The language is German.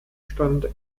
stand